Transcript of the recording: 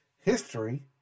history